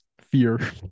fear